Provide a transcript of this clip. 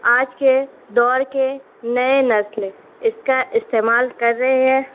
آج کے دور کے نئے نسلیں اس کا استعمال کر رہے ہیں